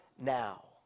now